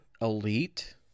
Elite